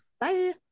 bye